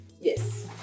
Yes